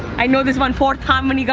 i know this one. fourth harmony girl,